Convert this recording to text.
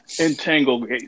entangled